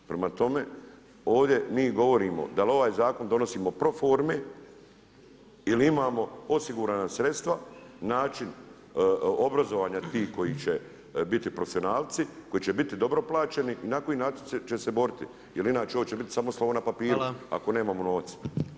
Prema tome, ovdje mi govorimo da li ovaj Zakon donosimo pro forme ili imamo osigurana sredstva, način obrazovanja tih koji će biti profesionalci, koji će biti dobro plaćeni i na koji način će se boriti jer inače ovo će biti samo slovo na papiru, ako nemamo novaca.